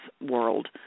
world